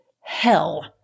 hell